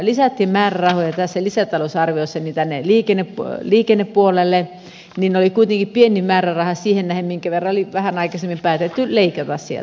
se että nytten tässä lisätalousarviossa jonkun verran lisättiin määrärahoja tänne liikennepuolelle oli kuitenkin pieni määräraha siihen nähden minkä verran oli vähän aikaisemmin päätetty leikata sieltä